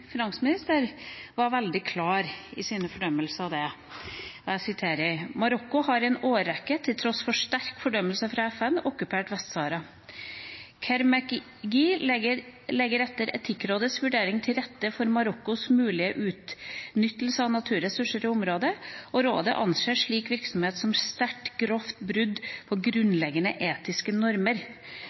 finansminister, var oljefondet veldig klar i sin fordømmelse av det: «Marokko har i en årrekke, til tross for sterk fordømmelse fra FN, okkupert Vest-Sahara. Kerr-McGee legger etter rådets vurdering til rette for Marokkos mulige utnyttelse av naturressursene i området. Rådet anser slik virksomhet som et «særlig grovt brudd på grunnleggende etiske normer»,